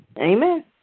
Amen